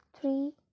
three